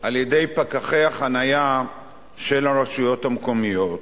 על-ידי פקחי החנייה של הרשויות המקומיות.